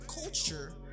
culture